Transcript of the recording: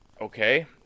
Okay